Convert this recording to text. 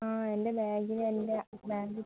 ആ എൻ്റെ ബാഗിൽ എൻ്റെ ബാഗിൽ